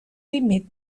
límit